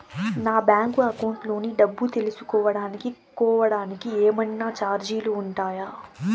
నా bank account లోని డబ్బు తెలుసుకోవడానికి కోవడానికి ఏమన్నా చార్జీలు ఉంటాయా?